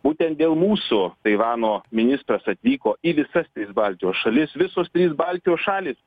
būtent dėl mūsų taivano ministras atvyko į visas tris baltijos šalis visos trys baltijos šalys